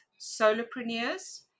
solopreneurs